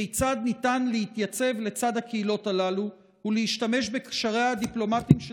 כיצד ניתן להתייצב לצד הקהילות הללו ולהשתמש בקשריה הדיפלומטים של